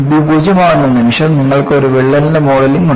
b 0 ആക്കുന്ന നിമിഷം നിങ്ങൾക്ക് ഒരു വിള്ളലിന്റെ മോഡലിംഗ് ഉണ്ട്